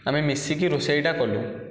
ଆମେ ମିଶିକି ରୋଷେଇଟା କଲୁ